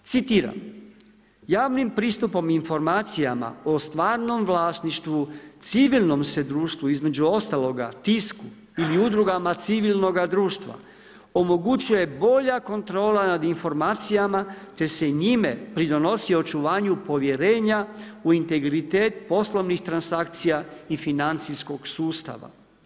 Citiram: javnim pristupom informacijama o stvarnom vlasništvu, civilnom se društvu, između ostaloga tisku ili udrugama civilnoga društva, omogućuje bolja kontrola nad informacijama te se njime pridonosi očuvanju povjerenja u integritet poslovnih transakcija i financijskog sustava.